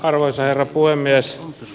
arvoisa herra puhemies